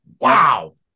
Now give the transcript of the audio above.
Wow